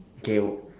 K